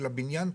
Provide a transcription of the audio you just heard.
אלא בניין,